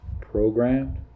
Programmed